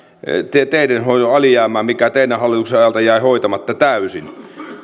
teiden hoidon alijäämää mikä teidän hallituksen ajalta jäi hoitamatta täysin